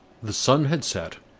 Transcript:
the sun had set,